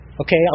Okay